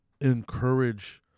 encourage